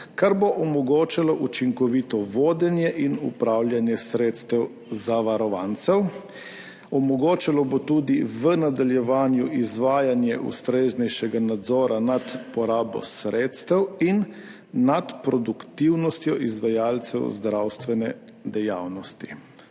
kar bo omogočalo učinkovito vodenje in upravljanje sredstev zavarovancev, v nadaljevanju bo omogočalo tudi izvajanje ustreznejšega nadzora nad porabo sredstev in nad produktivnostjo izvajalcev zdravstvene dejavnosti.